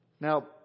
Now